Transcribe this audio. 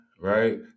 right